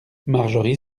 marjorie